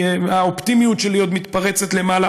האופטימיות שלי עוד מתפרצת למעלה,